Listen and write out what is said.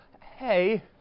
hey